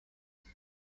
hymn